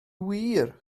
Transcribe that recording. wir